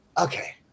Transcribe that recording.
Okay